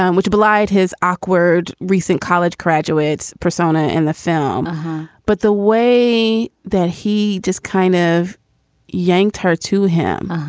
um which belied his awkward recent college graduates persona in the film but the way that he just kind of yanked her to him.